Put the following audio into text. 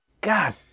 God